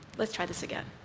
let's try this again.